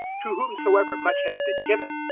to whomsoever much has been given,